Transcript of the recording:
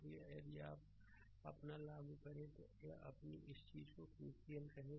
इसलिए यदि अपना लागू करें तो यह अपनी इस चीज को केसीएल कहे